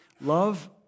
Love